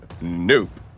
Nope